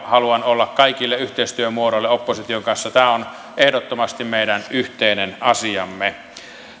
haluan olla kaikille yhteistyön muodoille opposition kanssa tämä on ehdottomasti meidän yhteinen asiamme